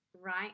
right